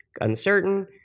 uncertain